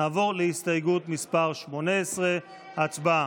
נעבור להסתייגות מס' 18. הצבעה.